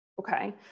okay